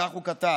כך הוא כתב: